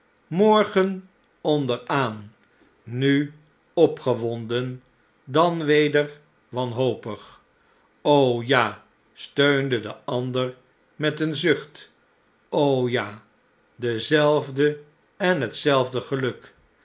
onderaan nu opgewonden dan weder wanhopig v o ja steunde de ander met een zucht o ja dezelfde en hetzelfde geluk